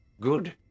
good